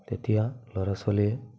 তেতিয়া ল'ৰা ছোৱালীয়ে